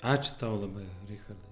ačiū tau labai richardai